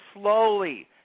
slowly